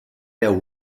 der